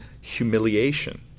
humiliation